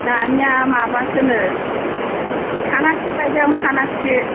जोंहानिया माबासोनो फानाथि गायदों फानाथि